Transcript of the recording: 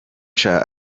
cha